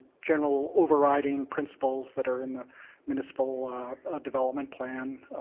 general overriding principles that are in the municipal ah ah development plan.